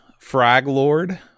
Fraglord